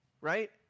right